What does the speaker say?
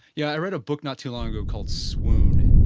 yeah, i read a book not too long ago called swoon